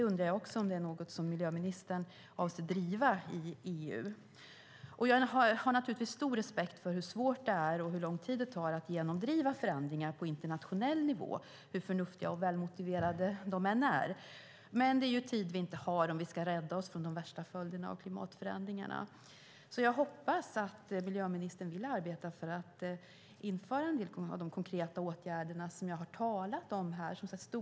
Är det något som ministern avser att driva i EU? Jag har stor respekt för hur svårt det är och hur lång tid det tar att genomdriva förändringar på internationell nivå, hur förnuftiga och välmotiverade de än är. Men det är tid vi inte har om vi ska rädda oss från de värsta följderna av klimatförändringarna. Jag hoppas att miljöministern vill arbeta för att införa en del av de konkreta åtgärder som jag har talat om.